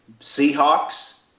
Seahawks